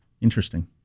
Interesting